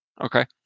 okay